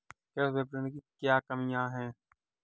कृषि विपणन की क्या कमियाँ हैं?